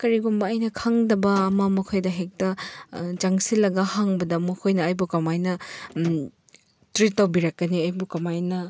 ꯀꯔꯤꯒꯨꯝꯕ ꯑꯩꯅ ꯈꯪꯗꯕ ꯑꯃ ꯃꯈꯣꯏꯗ ꯍꯦꯛꯇ ꯆꯪꯁꯤꯜꯂꯒ ꯍꯪꯕꯗ ꯃꯈꯣꯏꯅ ꯑꯩꯕꯨ ꯀꯃꯥꯏꯅ ꯇ꯭ꯔꯤꯠ ꯇꯧꯕꯤꯔꯛꯀꯅꯤ ꯑꯩꯕꯨ ꯀꯃꯥꯏꯅ